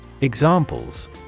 Examples